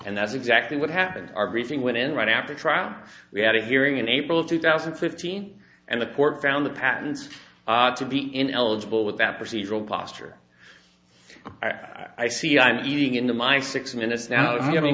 and that's exactly what happened our greeting went in right after a trial we had a hearing in april two thousand and fifteen and the court found the patents to be ineligible with that procedural posture i see i'm eating into my six minutes now do you have a